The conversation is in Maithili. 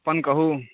अपन कहू